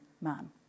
man